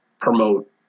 promote